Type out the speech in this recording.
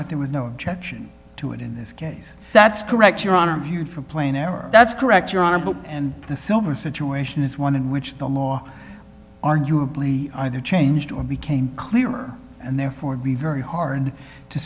that there was no objection to it in this case that's correct your honor of your for playing error that's correct your honor but and the silver situation is one in which the law arguably either changed or became clearer and therefore be very hard to